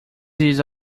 use